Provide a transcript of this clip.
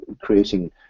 creating